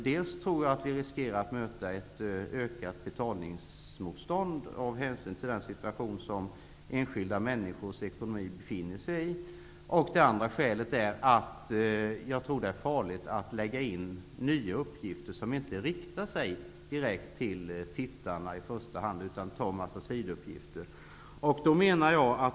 Dels tror jag att vi riskerar att möta ett ökat betalningsmotstånd av hänsyn till den situation som enskilda människors ekonomi befinner sig i, dels tror jag att det är farligt att lägga in nya uppgifter som inte i första hand riktar sig direkt till tittarna utan är en sidouppgift.